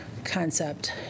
concept